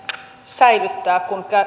säilyttää kun